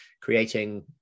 creating